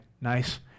nice